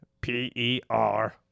P-E-R